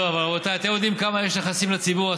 לא, רבותיי, אתם יודעים כמה נכסים יש לציבור?